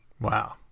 Wow